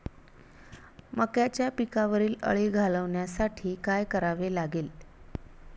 मक्याच्या पिकावरील अळी घालवण्यासाठी काय करावे लागेल?